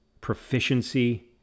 proficiency